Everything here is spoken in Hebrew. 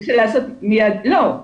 לא,